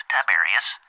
Tiberius